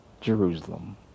Jerusalem